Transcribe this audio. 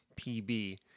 PB